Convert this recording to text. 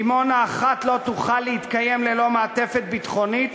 דימונה אחת לא תוכל להתקיים ללא מעטפת ביטחונית